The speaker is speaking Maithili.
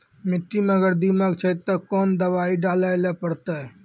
मिट्टी मे अगर दीमक छै ते कोंन दवाई डाले ले परतय?